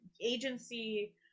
Agency